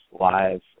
live